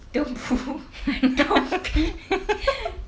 don't poo don't pee